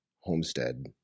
Homestead